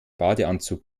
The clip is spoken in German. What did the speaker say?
badeanzug